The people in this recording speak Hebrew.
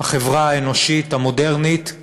החברה האנושית המודרנית,